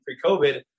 pre-COVID